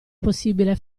possibile